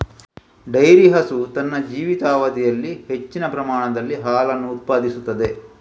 dairy ಹಸು ತನ್ನ ಜೀವಿತಾವಧಿಯಲ್ಲಿ ಹೆಚ್ಚಿನ ಪ್ರಮಾಣದಲ್ಲಿ ಹಾಲನ್ನು ಉತ್ಪಾದಿಸುತ್ತದೆ